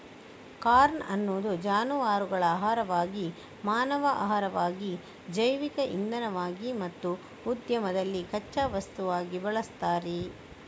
corn ಅನ್ನು ಜಾನುವಾರುಗಳ ಆಹಾರವಾಗಿ, ಮಾನವ ಆಹಾರವಾಗಿ, ಜೈವಿಕ ಇಂಧನವಾಗಿ ಮತ್ತು ಉದ್ಯಮದಲ್ಲಿ ಕಚ್ಚಾ ವಸ್ತುವಾಗಿ ಬಳಸ್ತಾರೆ